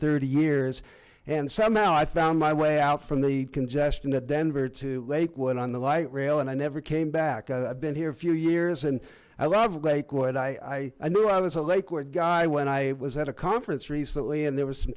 thirty years and somehow i found my way out from the congestion at denver to lakewood on the light rail and i never came back i've been here a few years and i love lakewood iii i knew i was a lakewood guy when i was at a conference recently and there was some